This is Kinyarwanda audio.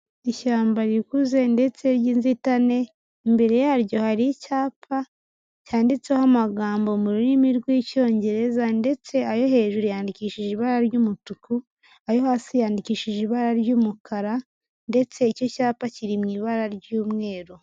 Ishyamba rikuze ndetse ry'inzitane, imbere yaryo hari icyapa cyanditseho amagambo mu rurimi rw'Icyongereza ndetse ayo hejuru yandikishije ibara ry'umutuku, ayo hasi yandikishije ibara ry'umukara ndetse icyo cyapa kiri mu ibara ry'umweru.